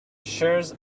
shares